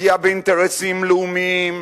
פגיעה באינטרסים לאומיים.